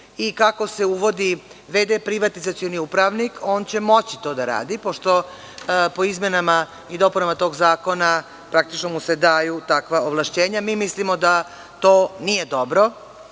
i kako se uvodi v.d. privatizacioni upravnik on će moći to da radi, pošto po izmenama i dopunama tog zakona praktično mu se daju takva ovlašćenja. Mi mislimo da to nije dobro